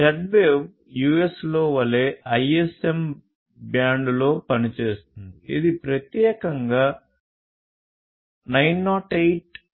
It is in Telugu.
Z వేవ్ US లో వలె ISM బ్యాండ్లో పనిచేస్తుంది ఇది ప్రత్యేకంగా 908